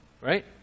right